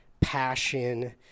passion